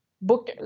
book